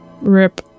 Rip